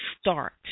start